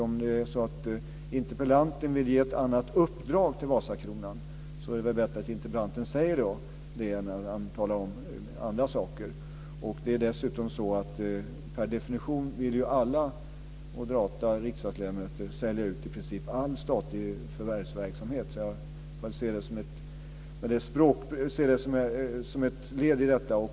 Om det är så att interpellanten vill ge ett annat uppdrag till Vasakronan är det väl bättre att interpellanten säger det än att tala om andra saker. Per definition vill ju alla moderata riksdagsledamöter sälja ut i princip all statlig förvärvsverksamhet, och jag får se det som ett led i detta.